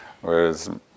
whereas